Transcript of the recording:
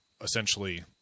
Essentially